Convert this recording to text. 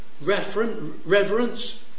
reverence